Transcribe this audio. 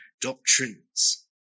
doctrines